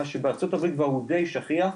מה שבארצות הברית הוא כבר די שכיח,